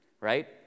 right